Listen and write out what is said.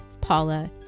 Paula